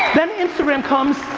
then instagram comes,